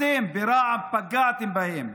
אתם ברע"מ פגעתם בהם.